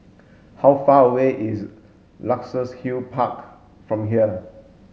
how far away is Luxus Hill Park from here